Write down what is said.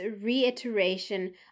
reiteration